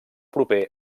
proper